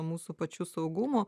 mūsų pačių saugumo